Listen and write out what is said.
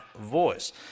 voice